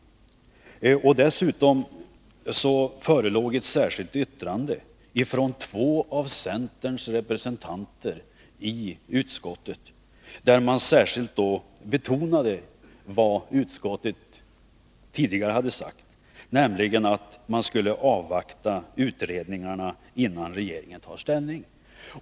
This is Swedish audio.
Det förelåg endast ett särskilt yttrande från två av centerns representanter i utskottet, vilka särskilt betonade vad utskottet tidigare hade sagt, nämligen att man skall avvakta utredningarna innan regeringen tar ställning.